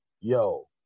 yo